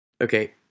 okay